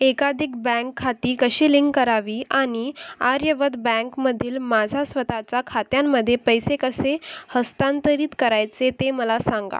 एकाधिक बँक खाती कशी लिंक करावी आणि आर्यवर्त बँकमधील माझा स्वतःचा खात्यांमध्ये पैसे कसे हस्तांतरित करायचे ते मला सांगा